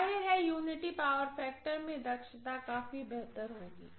जाहिर है unity power factor में दक्षता काफी बेहतर होगी